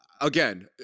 Again